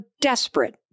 desperate